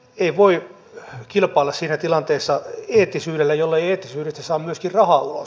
ei voi kilpailla siinä tilanteessa eettisyydellä jollei eettisyydestä saa myöskin rahaa ulos